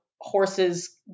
horses